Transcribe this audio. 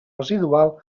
residual